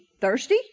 thirsty